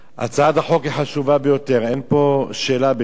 הצעת החוק היא חשובה ביותר, אין פה שאלה בכלל.